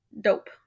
dope